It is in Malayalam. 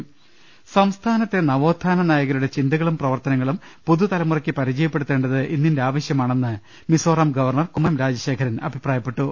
ൾ ൽ ൾ സംസ്ഥാനത്തെ നവോത്ഥാന നായകരുടെ ചിന്തകളും പ്രവർത്തന ങ്ങളും പുതു തലമുറയ്ക്ക് പരിചയപ്പെടുത്തേണ്ടത് ഇന്നിന്റെ ആവശ്യമാ ണെന്ന് മിസോറാം ഗവർണർ കുമ്മന്ം രാജശേഖരൻ അഭിപ്രായപ്പെട്ടു